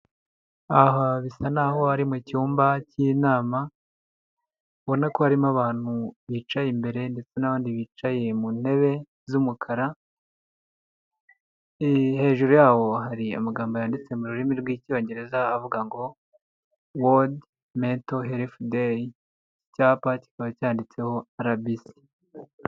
Aha bisa n'aho ari mu cyumba cy'inama, ubona ko harimo abantu bicaye imbere ndetse n'abandi bicaye mu ntebe z'umukara, hejuru y'aho hari amagambo yanditse mu rurimi rw'icyongereza avuga ngo wodi mento helefu deyi, icyapa kiba cyanditseho arabisi.